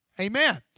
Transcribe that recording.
Amen